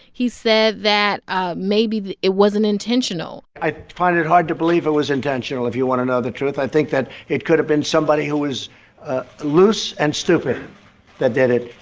he said that ah maybe it wasn't intentional i find it hard to believe it was intentional, if you want to know the truth. i think that it could have been somebody who was loose and stupid that did it.